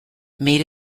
made